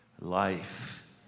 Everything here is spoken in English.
life